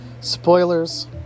Spoilers